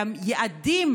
והיעדים,